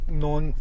known